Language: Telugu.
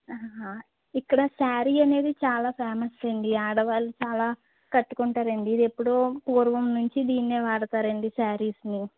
ఇక్కడ శారీ అనేది చాలా ఫేమస్ అండి ఆడవాళ్ళు చాలా కట్టుకుంటారండి ఇది ఎప్పుడో పూర్వం నుంచి దీన్నే వాడతారండి శారీస్ని